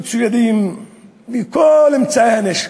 מצוידים בכל אמצעי הנשק: